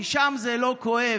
כי שם זה לא כואב,